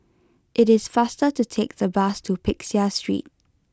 It is faster to take the bus to Peck Seah Street